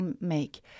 make